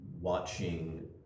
watching